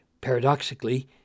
paradoxically